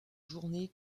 journée